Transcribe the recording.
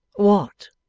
what?